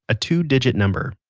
a two digit number,